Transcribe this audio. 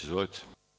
Izvolite.